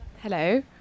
hello